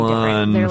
one